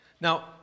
Now